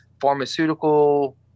pharmaceutical